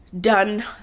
done